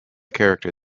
character